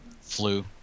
Flu